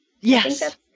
Yes